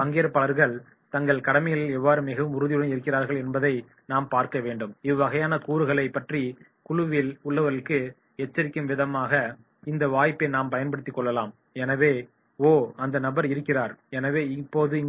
பங்கேற்பாளர்கள் தங்கள் கடமைகளில் எவ்வாறு மிகவும் உறுதியுடன் இருக்கிறார்கள் என்பதை நாம் பார்க்க வேண்டும் இவ்வகையான கூறுகளை பற்றி குழுவில் உள்ளவர்களுக்கு எச்சரிக்கும் விதமாக இந்த வாய்ப்பை நாம் பயன்படுத்திகொள்ளலாம் எனவே ஓ அந்த நபர் இருக்கிறார் எனவே இப்போது